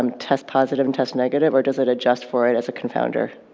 um test positive and test negative, or does it adjust for it as a confounder?